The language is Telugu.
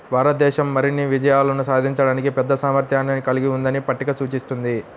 భారతదేశం మరిన్ని విజయాలు సాధించడానికి పెద్ద సామర్థ్యాన్ని కలిగి ఉందని పట్టిక సూచిస్తుంది